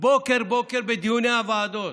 בוקר-בוקר בדיוני הוועדות.